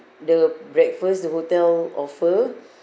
the breakfast the hotel offer